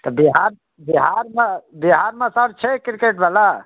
तऽ बिहार बिहारमे बिहारमे सर छै क्रिकेटवला